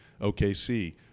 OKC